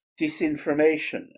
disinformation